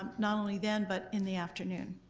um not only then but in the afternoon,